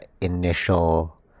initial